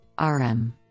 RM